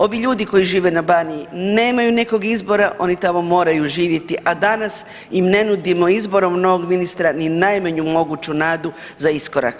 Ovi ljudi koji žive na Baniji nemaju nekog izbora oni tamo moraju živjeti, a danas im ne nudimo izborom novog ministra ni najmanju moguću nadu za iskorak.